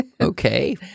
okay